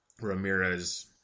Ramirez